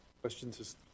Questions